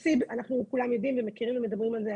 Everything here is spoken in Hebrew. כולם יודעים ומכירים ומדברים על זה,